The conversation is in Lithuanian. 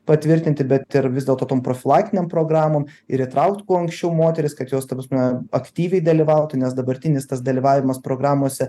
patvirtinti bet ir vis dėlto tom profilaktinėm programom ir įtraukt kuo anksčiau moteris kad jos ta prasme aktyviai dalyvautų nes dabartinis tas dalyvavimas programose